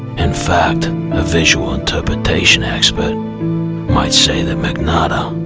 and fact a visual interpretation expert might say that magnotta